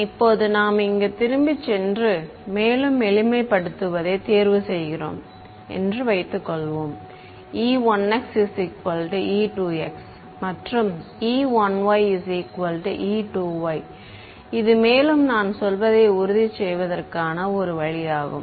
இப்போது நாம் இங்கு திரும்பிச் சென்று மேலும் எளிமைப்படுத்துவதைத் தேர்வுசெய்கிறோம் என்று வைத்துக்கொள்வோம்e1xe2x மற்றும் e1ye2y இது மேலும் நான் சொல்வதை உறுதி செய்வதற்கான ஒரு வழியாகும்